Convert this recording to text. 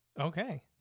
Okay